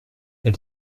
elle